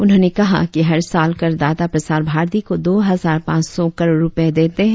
उन्होंने कहा कि हर साल करदाता प्रसार भारती को दो हजार पांच सौ करोड़ रुपए देते हैं